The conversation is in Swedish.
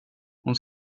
hon